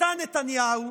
אתה, נתניהו,